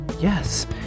Yes